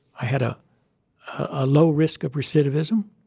i had a ah low risk of recidivism.